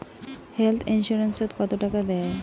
Health insurance ওত কত টাকা দেয়?